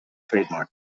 trademark